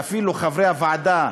ואפילו חברי הוועדה,